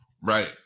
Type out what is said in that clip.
Right